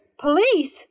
Police